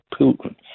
Putin